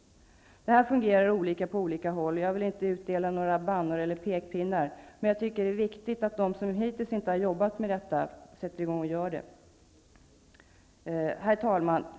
Det här fungerar olika på olika håll. Jag vill inte utdela några bannor eller pekpinnar, men jag tycker att det är viktigt att de som hittills inte har arbetat med detta sätter i gång och gör det. Herr talman!